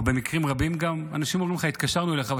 או במקרים רבים גם אנשים אומרים לך: התקשרנו אליך,